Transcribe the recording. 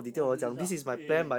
!walao! eh